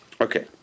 Okay